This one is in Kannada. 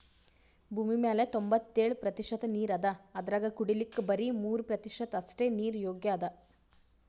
ಭೂಮಿಮ್ಯಾಲ್ ತೊಂಬತ್ತೆಳ್ ಪ್ರತಿಷತ್ ನೀರ್ ಅದಾ ಅದ್ರಾಗ ಕುಡಿಲಿಕ್ಕ್ ಬರಿ ಮೂರ್ ಪ್ರತಿಷತ್ ಅಷ್ಟೆ ನೀರ್ ಯೋಗ್ಯ್ ಅದಾ